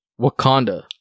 Wakanda